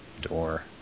door